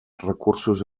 recursos